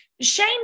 Shane